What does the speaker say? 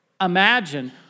imagine